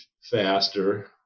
faster